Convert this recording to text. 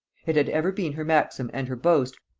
it had ever been her maxim and her boast,